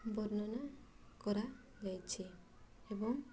ବର୍ଣ୍ଣନା କରାଯାଇଛି ଏବଂ